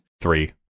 Three